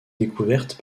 découverte